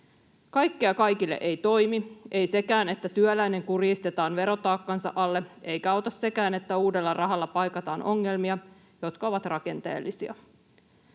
Kaikkea kaikille ei toimi, ei sekään, että työläinen kurjistetaan verotaakkansa alle, eikä auta sekään, että uudella rahalla paikataan ongelmia, jotka ovat rakenteellisia.